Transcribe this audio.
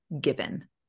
given